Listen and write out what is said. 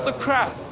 ah crap.